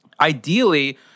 ideally